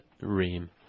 Ream